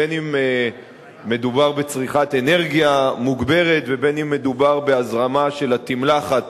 בין שמדובר בצריכת אנרגיה מוגברת ובין שמדובר בהזרמה של התמלחת